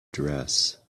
dress